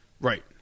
Right